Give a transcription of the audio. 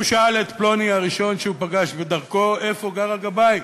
הוא שאל את פלוני הראשון שהוא פגש בדרכו איפה גר הגבאי,